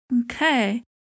okay